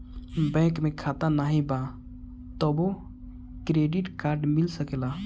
Bank में खाता नाही बा तबो क्रेडिट कार्ड मिल सकेला?